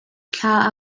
thla